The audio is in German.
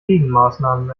gegenmaßnahmen